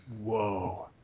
Whoa